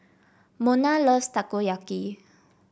Mona loves Takoyaki